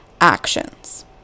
actions